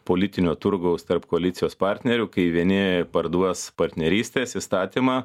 politinio turgaus tarp koalicijos partnerių kai vieni parduos partnerystės įstatymą